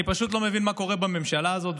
אני פשוט לא מבין מה קורה בממשלה הזאת,